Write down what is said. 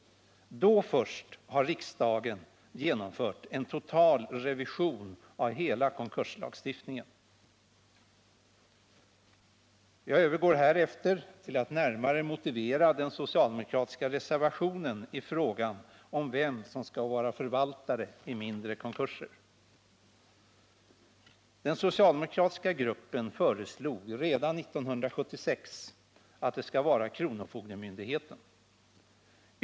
Då först har riksdagen genomfört en total revision av hela konkurslagstiftningen. Jag övergår härefter till att närmare motivera den socialdemokratiska reservationen i frågan om vem som skall vara förvaltare i mindre konkurser. Den socialdemokratiska gruppen föreslog redan 1976 att det skall vara kronofogdemyndigheten.